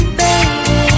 baby